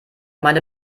meine